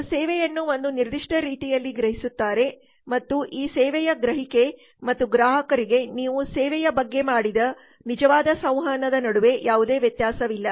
ಅವರು ಸೇವೆಯನ್ನು ಒಂದು ನಿರ್ದಿಷ್ಟ ರೀತಿಯಲ್ಲಿ ಗ್ರಹಿಸುತ್ತಾರೆ ಮತ್ತು ಈ ಸೇವೆಯ ಗ್ರಹಿಕೆ ಮತ್ತು ಗ್ರಾಹಕರಿಗೆ ನೀವು ಸೇವೆಯ ಬಗ್ಗೆ ಮಾಡಿದ ನಿಜವಾದ ಸಂವಹನದ ನಡುವೆ ಯಾವುದೇ ವ್ಯತ್ಯಾಸವಿಲ್ಲ